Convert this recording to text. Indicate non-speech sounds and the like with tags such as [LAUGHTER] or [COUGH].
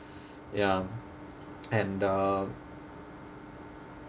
[BREATH] ya [NOISE] and uh